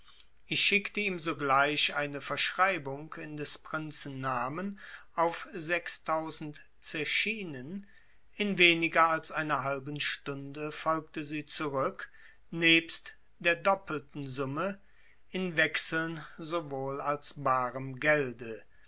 ich schickte ihm sogleich eine verschreibung in des prinzen namen auf zechinen in weniger als einer halben stunde folgte sie zurück nebst der doppelten summe in wechseln sowohl als barem gelde